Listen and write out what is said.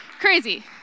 crazy